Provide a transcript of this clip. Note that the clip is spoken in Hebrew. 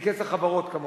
מכיס החברות, כמובן.